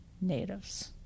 natives